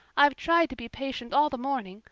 i've tried to be patient all the morning,